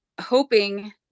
hoping